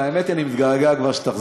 האמת היא, אני כבר מתגעגע שתחזור.